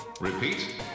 Repeat